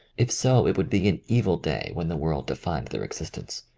if so, it would be an evil day when the world defined their existence.